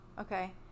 Okay